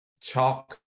chalk